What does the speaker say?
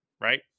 right